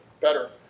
better